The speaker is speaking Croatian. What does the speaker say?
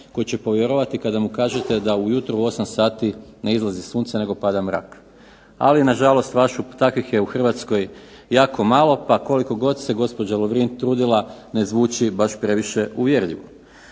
tko će povjerovati kada mu kažete da ujutro u 8 sati ne izlazi sunce nego pada mrak. Ali na žalost takvih je u Hrvatskoj jako malo pa koliko god se gospođa Lovrin trudila ne zvuči baš previše uvjerljivo.